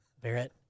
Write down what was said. Barrett